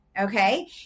Okay